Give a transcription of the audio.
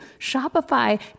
Shopify